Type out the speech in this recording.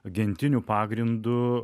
gentiniu pagrindu